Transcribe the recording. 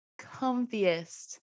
comfiest